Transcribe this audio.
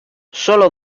sólo